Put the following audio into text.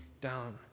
down